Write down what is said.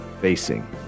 facing